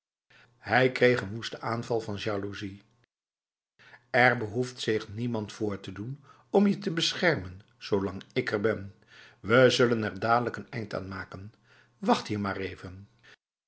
hij kreeg een woeste aanval van jaloezie er behoeft zich niemand voor te doen om je te beschermen zolang ik er ben we zullen er dadelijk een eind aan maken wacht hier maar even